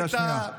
קריאה שנייה.